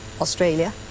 Australia